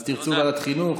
אז תרצו ועדת חינוך?